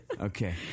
Okay